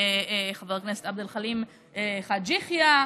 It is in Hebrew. חבר הכנסת עבד אל חכים חאג' יחיא,